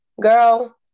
girl